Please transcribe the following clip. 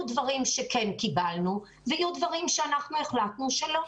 יהיו דברים שכן קיבלנו ויהיו דברים שאנחנו החלטנו שלא,